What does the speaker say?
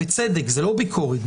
בצדק זו לא ביקורת,